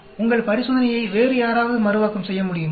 உங்கள் பரிசோதனையை வேறு யாராவது மறுவாக்கம் செய்ய முடியுமா